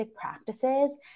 practices